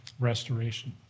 restoration